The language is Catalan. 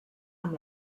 amb